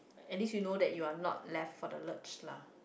at least you know that you are not left for the ledge lah